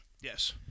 Yes